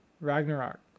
Ragnarok